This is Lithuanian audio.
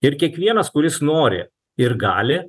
ir kiekvienas kuris nori ir gali